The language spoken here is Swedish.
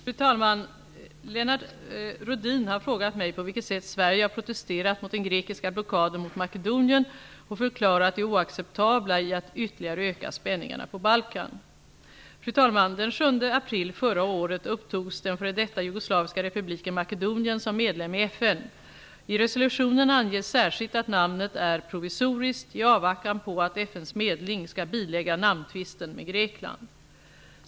Fru talman! Lennart Rohdin har frågat mig på vilket sätt Sverige har protesterat mot den grekiska blockaden mot Makedonien och förklarat det oacceptabla i att ytterligare öka spänningarna på Fru talman! Den 7 april förra året upptogs ''den före detta jugoslaviska republiken Makedonien'' som medlem i FN. I resolutionen anges särskilt att namnet är provisoriskt i avvaktan på att FN:s medling skall bilägga namntvisten med Grekland.